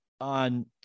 on